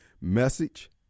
message